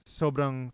sobrang